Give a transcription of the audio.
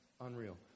Unreal